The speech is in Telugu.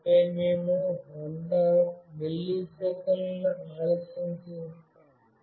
ఆపై మేము 100 మిల్లీసెకన్ల ఆలస్యం ఇస్తాము